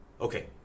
okay